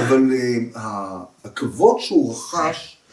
‫אבל הכבוד שהוא רחש...